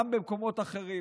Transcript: גם למקומות אחרים.